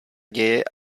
děje